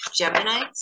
Geminis